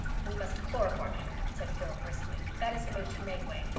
we must chloroform him, said phil briskly. that is the most humane way.